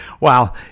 Wow